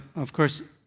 of course,